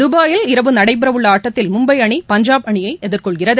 துபாயில் இரவு நடைபெறவுள்ள ஆட்டத்தில் மும்பை அணி பஞ்சாப் அணியை எதிர்கொள்கிறது